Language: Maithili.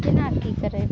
केना की करै छै